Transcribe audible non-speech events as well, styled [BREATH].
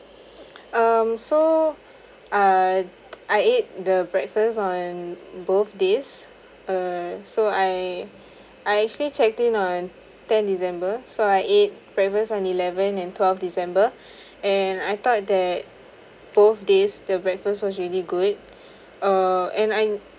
[BREATH] um so uh I ate the breakfast on both days uh so I I actually checked in on tenth december so I ate breakfast on eleventh and twelve december [BREATH] and I thought that both days the breakfast was really good [BREATH] uh and I'm